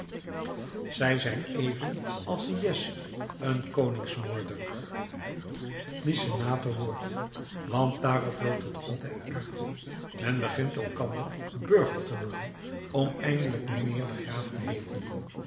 zij zijn even als sieyès een koningsmoorder die senator wordt want daarop loopt het altijd uit men begint elkander burger te noemen om eindelijk mijnheer de graaf te heeten